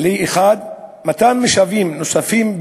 להקציב משאבים נוספים,